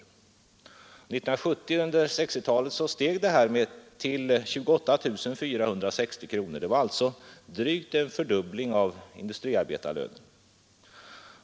Under 1960-talet fram till år 1970 steg medellönen till 28 460 kronor. Det var alltså betydligt mer än en fördubbling av industriarbetarlönen.